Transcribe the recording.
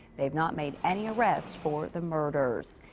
they have not made any arrests for the murders.